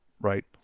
right